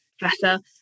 professor